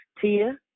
Tia